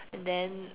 and then